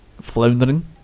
floundering